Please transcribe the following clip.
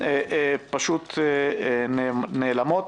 פשוט נעלמות,